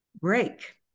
break